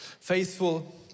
faithful